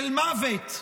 של מוות,